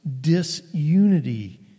disunity